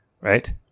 Right